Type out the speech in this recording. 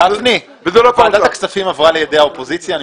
גפני, ועדת הכספים עברה לידי האופוזיציה?